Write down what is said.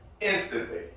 instantly